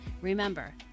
Remember